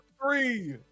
three